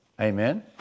Amen